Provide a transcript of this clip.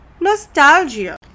nostalgia